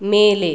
ಮೇಲೆ